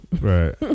Right